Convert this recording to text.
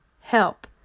help